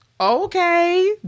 Okay